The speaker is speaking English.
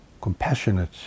compassionate